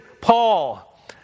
Paul